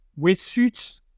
wetsuits